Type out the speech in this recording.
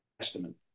Testament